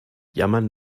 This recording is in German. jammern